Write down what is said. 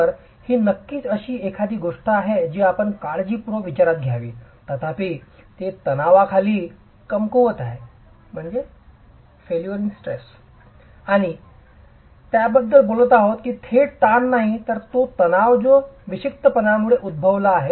तर ही नक्कीच अशी एखादी गोष्ट आहे जी आपण काळजीपूर्वक विचारात घ्यावी तथापि ते ताणतणावाखाली कमकुवत आहे आणि आम्ही त्याबद्दल बोलत आहोत की थेट ताण नाही तर तणाव जो विक्षिप्तपणामुळे उद्भवला आहे